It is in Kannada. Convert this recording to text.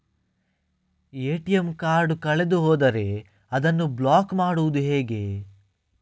ಎ.ಟಿ.ಎಂ ಕಾರ್ಡ್ ಕಳೆದು ಹೋದರೆ ಅದನ್ನು ಬ್ಲಾಕ್ ಮಾಡುವುದು ಹೇಗೆ?